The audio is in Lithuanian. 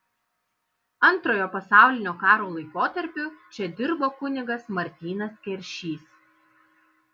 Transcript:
antrojo pasaulinio karo laikotarpiu čia dirbo kunigas martynas keršys